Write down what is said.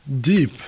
deep